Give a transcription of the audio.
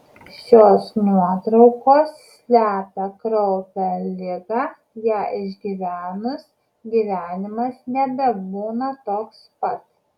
šios nuotraukos slepia kraupią ligą ją išgyvenus gyvenimas nebebūna toks pat